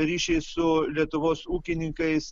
ryšiai su lietuvos ūkininkais